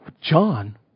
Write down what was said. John